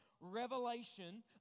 Revelation